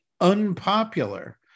unpopular